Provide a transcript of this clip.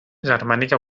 germànica